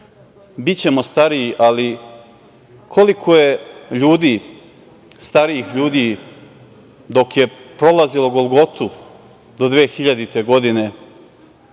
Bićemo stariji, ali koliko je starijih ljudi dok je prolazilo golgotu do 2000. godine,